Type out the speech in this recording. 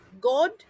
God